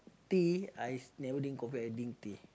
tea I never drink coffee I drink tea